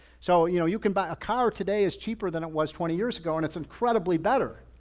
so you know you can buy a car today is cheaper than it was twenty years ago and it's incredibly better,